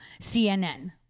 CNN